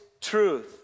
truth